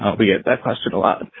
ah we get that question a lot.